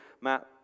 Matt